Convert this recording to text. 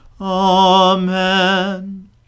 Amen